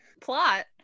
Plot